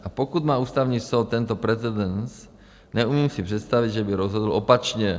A pokud má Ústavní soud tento precedens, neumím si představit, že by rozhodl opačně.